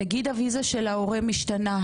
נגיד הוויזה של ההורה משתנה,